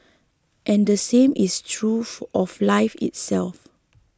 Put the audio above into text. and the same is true of life itself